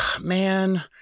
man